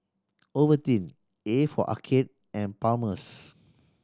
Ovaltine A for Arcade and Palmer's